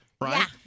right